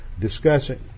discussing